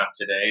today